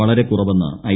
വളരെ കുറവെന്ന് ഐ